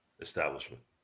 establishment